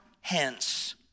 hence